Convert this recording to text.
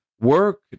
work